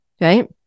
right